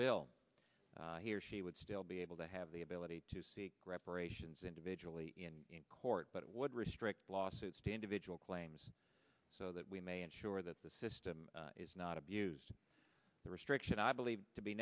bill he or she would still be able to have the ability to seek reparations individually in court but it would restrict lawsuits to individual claims so that we may ensure that the system is not abused the restriction i believe to be